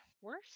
Worse